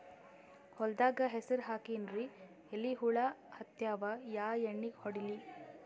ಹೊಲದಾಗ ಹೆಸರ ಹಾಕಿನ್ರಿ, ಎಲಿ ಹುಳ ಹತ್ಯಾವ, ಯಾ ಎಣ್ಣೀ ಹೊಡಿಲಿ?